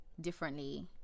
differently